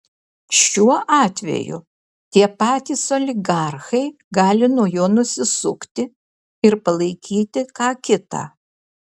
šiuo atveju tie patys oligarchai gali nuo jo nusisukti ir palaikyti ką kitą